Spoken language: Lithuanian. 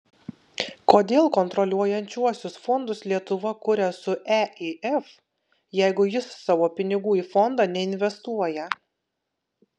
kodėl kontroliuojančiuosius fondus lietuva kuria su eif jeigu jis savo pinigų į fondą neinvestuoja